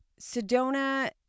Sedona